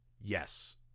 Yes